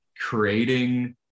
creating